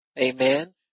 Amen